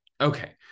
Okay